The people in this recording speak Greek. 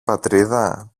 πατρίδα